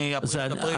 מאפריל עד אפריל.